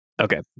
Okay